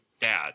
dad